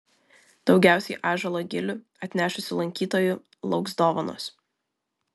daugiausiai ąžuolo gilių atnešusių lankytojų lauks dovanos